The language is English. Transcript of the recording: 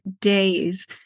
days